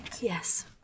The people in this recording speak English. Yes